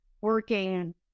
working